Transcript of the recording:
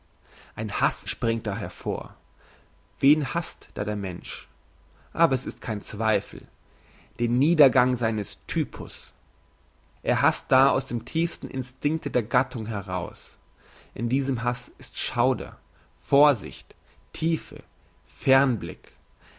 ein hass springt da hervor wen hasst da der mensch aber es ist kein zweifel den niedergang seines typus er hasst da aus dem tiefsten instinkte der gattung heraus in diesem hass ist schauder vorsicht tiefe fernblick